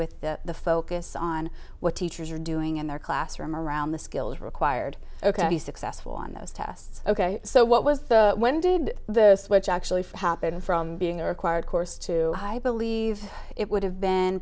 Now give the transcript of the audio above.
with the focus on what teachers are doing in their classroom around the skills required ok be successful on those tests ok so what was the when did the switch actually happen from being a required course to high bill it would have been